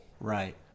right